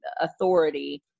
authority